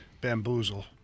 bamboozle